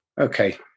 Okay